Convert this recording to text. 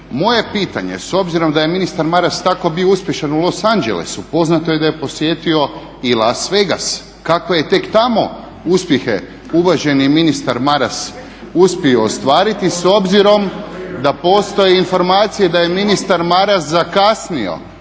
Moje pitanje s obzirom da je ministar Maras tako bio uspješan u Los Angelesu, poznato je da je posjetio i Las Vegas, kakve je tek tamo uspjehe uvaženi ministar Maras uspio ostvariti s obzirom da postoje informacije da je ministar Maras zakasnio